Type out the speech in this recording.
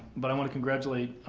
but i wanna congratulate,